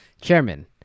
Chairman